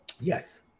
Yes